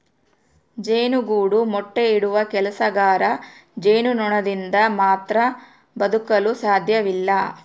ಜೇನುಗೂಡು ಮೊಟ್ಟೆ ಇಡುವ ಕೆಲಸಗಾರ ಜೇನುನೊಣದಿಂದ ಮಾತ್ರ ಬದುಕಲು ಸಾಧ್ಯವಿಲ್ಲ